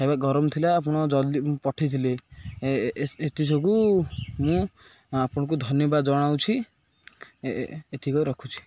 ଖାଇବା ଗରମ ଥିଲା ଆପଣ ଜଲ୍ଦି ପଠାଇଥିଲେ ଏଥି ଯୋଗୁଁ ମୁଁ ଆପଣଙ୍କୁ ଧନ୍ୟବାଦ ଜଣାଉଛି ଏତିକି କହି ରଖୁଛି